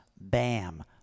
Bam